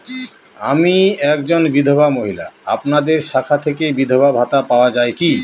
আমি একজন বিধবা মহিলা আপনাদের শাখা থেকে বিধবা ভাতা পাওয়া যায় কি?